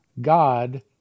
God